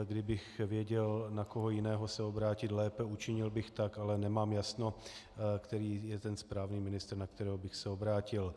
Kdybych věděl, na koho jiného se obrátit lépe, učinil bych tak, ale nemám jasno, který je ten správný ministr, na kterého bych se obrátil.